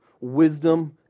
wisdom